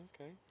okay